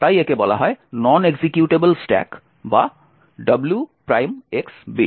তাই একে বলা হয় নন এক্সিকিউটেবল স্ট্যাক বা WX বিট